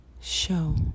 show